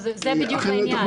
זה בדיוק העניין.